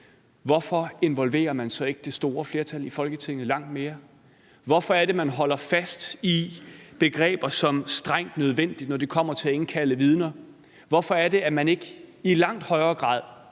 så ikke involverer det store flertal i Folketinget langt mere. Hvorfor er det, man holder fast i begreber som strengt nødvendigt, når det kommer til at indkalde vidner? Hvorfor er det, at man ikke i langt højere grad